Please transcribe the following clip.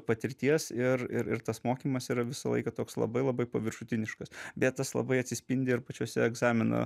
patirties ir ir ir tas mokymas yra visą laiką toks labai labai paviršutiniškas bet tas labai atsispindi ir pačiuose egzamino